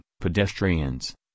pedestrians